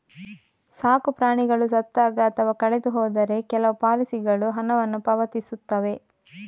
ಸಾಕು ಪ್ರಾಣಿಗಳು ಸತ್ತಾಗ ಅಥವಾ ಕಳೆದು ಹೋದರೆ ಕೆಲವು ಪಾಲಿಸಿಗಳು ಹಣವನ್ನು ಪಾವತಿಸುತ್ತವೆ